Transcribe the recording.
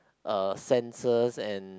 uh sensors and